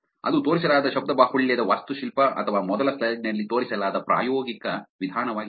ಅದು ತೋರಿಸಲಾದ ಶಬ್ದ ಬಾಹುಳ್ಯದ ವಾಸ್ತುಶಿಲ್ಪ ಅಥವಾ ಮೊದಲ ಸ್ಲೈಡ್ ನಲ್ಲಿ ತೋರಿಸಲಾದ ಪ್ರಾಯೋಗಿಕ ವಿಧಾನವಾಗಿದೆ